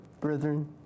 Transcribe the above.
brethren